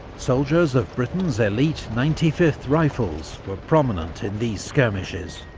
soldiers of britain's elite ninety fifth rifles were prominent in these skirmishes.